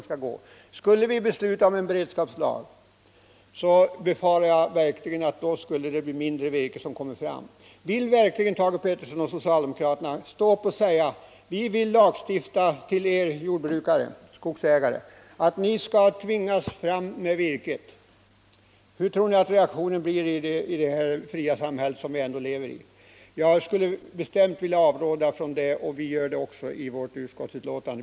Skulle vi besluta om en beredskapslag befarar jag att tillförseln av virkesråvara i stället kommer att minska. Vill verkligen Thage Peterson och socialdemokraterna säga till skogsägarna: Vi vill lagstifta så att ni tvingas leverera mer virke. Hurudan tror ni att reaktionen skulle bli i det fria samhälle som indå lever i? Jag vill bestämt avråda från något sådant. och vi gör det också i betänkandet.